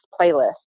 playlist